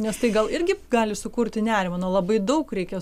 nes tai gal irgi gali sukurti nerimą nu labai daug reikia